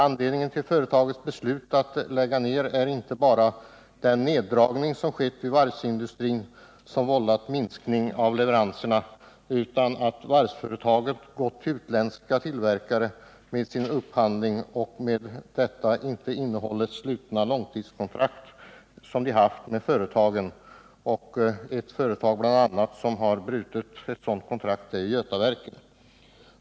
Anledningen till företagets beslut att lägga ned är inte bara den neddragning som har skett vid varvsindustrin och som har vållat minskning av leveranserna, utan också att varvsföretagen har gått till utländska tillverkare med sin upphandling och därmed inte hållit slutna långtidskontrakt som de haft med företag. Ett företag bland andra som har brutit ett sådant kontrakt är Götaverken.